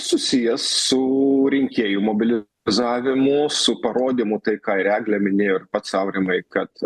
susijęs su rinkėjų mobilizavimu su parodymu tai ką ir eglė minėjo ir pats aurimai kad